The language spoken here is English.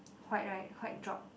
white right white drop